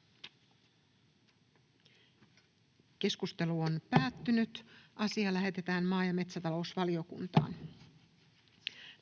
siirtymä turkistarhattomaan Suomeen Time: N/A Content: